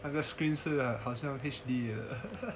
那个 screen 是好像 H_D